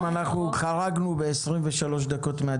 חברים, חרגנו ב-23 דקות.